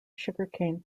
sugarcane